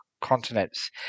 Continents